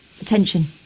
Attention